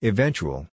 Eventual